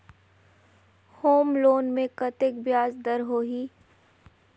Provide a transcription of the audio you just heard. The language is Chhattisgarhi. होम लोन मे कतेक ब्याज दर होही?